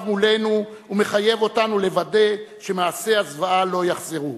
מולנו ומחייב אותנו לוודא שמעשי הזוועה לא יחזרו.